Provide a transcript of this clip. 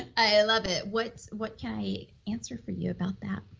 i love it. what what can i answer for you about that?